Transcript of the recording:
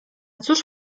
cóż